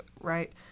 right